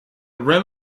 rim